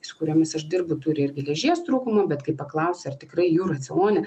su kuriomis aš dirbu turi ir geležies trūkumą bet kai paklausia ar tikrai jų racione